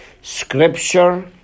Scripture